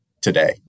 today